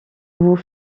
vous